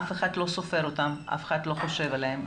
אף אחד לא סופר אותם ואף אחד לא חושב עליהם,